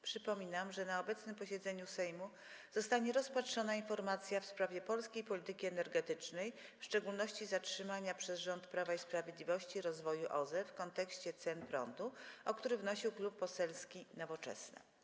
Przypominam, że na obecnym posiedzeniu Sejmu zostanie rozpatrzona informacja w sprawie polskiej polityki energetycznej, w szczególności zatrzymania przez rząd Prawa i Sprawiedliwości rozwoju OZE, w kontekście cen prądu, o której przedstawienie wnosił Klub Poselski Nowoczesna.